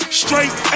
straight